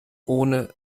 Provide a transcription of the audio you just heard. ohne